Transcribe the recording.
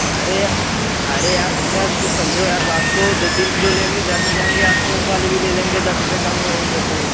अरे अरे यार भैया इसको समझो यार बात को दो तीन किलो लेंगे घर में जाएँगे आस पड़ोस वाले भी ले लेंगे दस रुपए कम होंगे तो